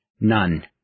none